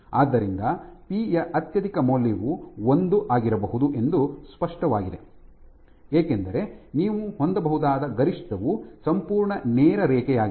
ಆದ್ದರಿಂದ ಪಿ ಯ ಅತ್ಯಧಿಕ ಮೌಲ್ಯವು ಒಂದು ಆಗಿರಬಹುದು ಎಂಬುದು ಸ್ಪಷ್ಟವಾಗಿದೆ ಏಕೆಂದರೆ ನೀವು ಹೊಂದಬಹುದಾದ ಗರಿಷ್ಠವು ಸಂಪೂರ್ಣ ನೇರ ರೇಖೆಯಾಗಿದೆ